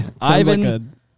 Ivan